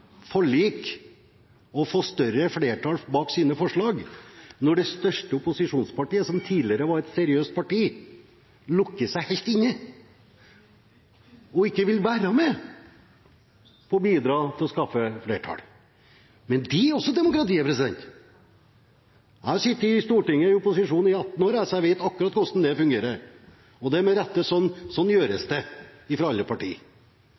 forlik og få større flertall bak sine forslag når det største opposisjonspartiet, som tidligere var et seriøst parti, lukker seg helt inne og ikke vil være med på å bidra til å skaffe flertall. Men det er også demokrati. Jeg har sittet i Stortinget i opposisjon i 18 år, så jeg vet akkurat hvordan det fungerer, og det er med rette at det er slik det gjøres av alle